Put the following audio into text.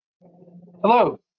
hello